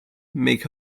makes